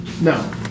no